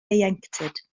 ieuenctid